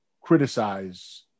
criticize